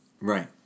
Right